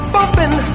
Bumping